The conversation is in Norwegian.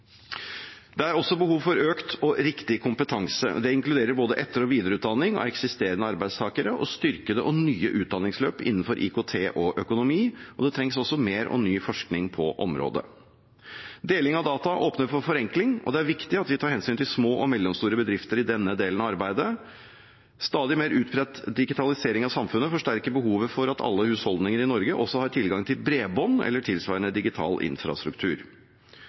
Det er også behov for økt og riktig kompetanse. Det inkluderer både etter- og videreutdanning av eksisterende arbeidstakere og styrkede og nye utdanningsløp innenfor IKT og økonomi. Det trengs også mer og ny forskning på området. Deling av data åpner for forenkling, og det er viktig at vi tar hensyn til små og mellomstore bedrifter i denne delen av arbeidet. Stadig mer utbredt digitalisering av samfunnet forsterker behovet for at alle husholdninger i Norge også har tilgang til bredbånd eller tilsvarende digital infrastruktur.